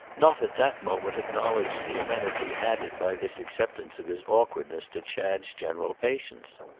not at that moment acknowledged the amenity added by this acceptance of his awkwardness to chad's general patience.